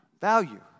value